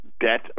debt